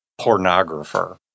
pornographer